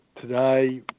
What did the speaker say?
today